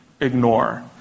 ignore